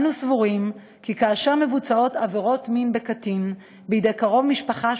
אנו סבורים כי כאשר מבוצעות עבירות מין בקטין בידי קרוב משפחה